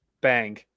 Bang